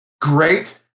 great